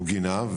הוא גינה,